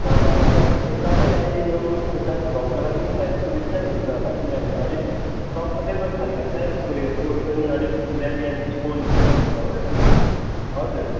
चार नम्बर छ ठिकै तपाईँलाई यो खुट्टाको घाउको लागि सायद सुबिस्तै हुन्छ होला किनभने अलिक कम्फर्टेबल खाल्के छ यसको यो सोल पनि अलिक न्याम न्याम सपोन्ज खाल्के छ हो हजुर